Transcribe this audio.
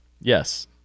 Yes